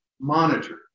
monitor